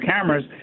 cameras